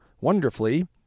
wonderfully